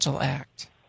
act